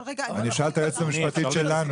אני אשאל את היועצת המשפטית שלנו,